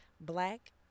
Black